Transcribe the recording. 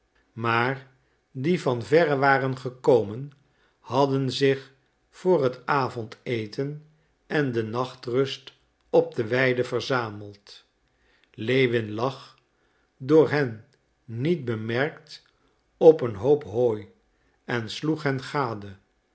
maar die van verre waren gekomen hadden zich voor het avondeten en de nachtrust op de weide verzameld lewin lag door hen niet bemerkt op een hoop hooi en sloeg